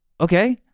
Okay